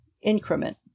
increment